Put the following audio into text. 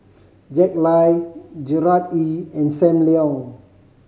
Jack Lai Gerard Ee and Sam Leong